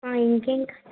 ఇంకేం